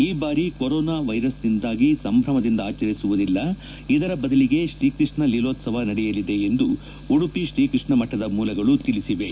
ಈ ಬಾರಿ ಕೊರೊನಾ ವೈರಸ್ನಿಂದಾಗಿ ಸಂಭ್ರಮದಿಂದ ಆಚರಿಸುವುದಿಲ್ಲ ಇದರ ಬದಲಿಗೆ ತ್ರೀಕೃಷ್ಣ ಲೀಲೋತ್ಸವ ನಡೆಯಲಿದೆ ಎಂದು ಉಡುಪಿ ತ್ರೀ ಕೃಷ್ಣ ಮಠದ ಮೂಲಗಳು ತಿಳಿಸಿವೆ